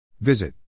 Visit